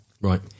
Right